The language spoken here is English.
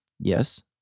Yes